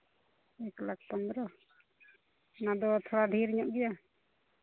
ᱮᱠ ᱞᱟᱠᱷ ᱯᱚᱱᱨᱚ ᱚᱱᱟᱫᱚ ᱛᱷᱚᱲᱟ ᱰᱷᱮᱹᱨ ᱧᱚᱜ ᱜᱮᱭᱟ